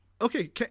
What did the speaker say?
Okay